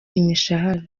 imishahara